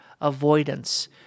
avoidance